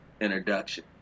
introduction